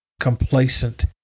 complacent